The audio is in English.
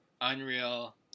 Unreal